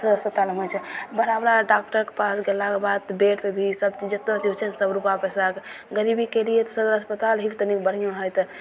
सभ अस्पतालमे होइ छै बड़ा बड़ा डॉक्टरके पास गेलाके बाद बेडपर भी सभचीज जते जे छै सभ रुपैआ पैसा गरीबीके लिए तऽ सदर अस्पताल ही तनि बढ़ियों हइ तऽ